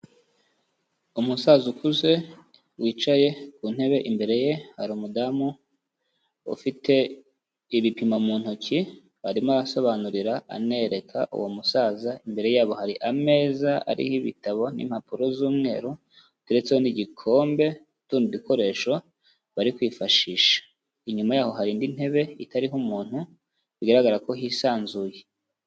Umusaza ukuze wicaye ku ntebe, imbere ye hari umudamu ufite ibipimo mu ntoki arimo asobanurira anereka uwo musaza, imbere yabo hari ameza ariho ibitabo n'impapuro z'umweru hateretseho n'igikombe n'utundi dukoresho bari kwifashisha. Inyuma yaho hari indi ntebe itariho umuntu bigaragara ko hisanzuye.